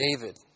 David